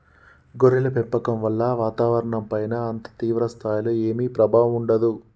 గొర్రెల పెంపకం వల్ల వాతావరణంపైన అంత తీవ్ర స్థాయిలో ఏమీ ప్రభావం ఉండదు